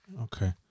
Okay